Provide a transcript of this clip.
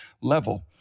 level